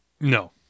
No